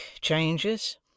changes